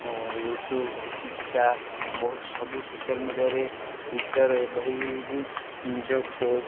ଓ YouTube Insta ବହୁତ ସବୁ social ମିଡ଼ିଆରେ ଟୁଇଟର୍ ଏଭଳିକି ନିଜ